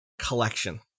collection